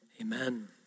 Amen